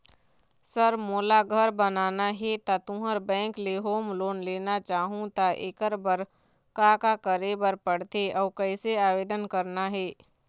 Sir मोला घर बनाना हे ता तुंहर बैंक ले होम लोन लेना चाहूँ ता एकर बर का का करे बर पड़थे अउ कइसे आवेदन करना हे?